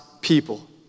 people